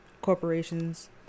corporations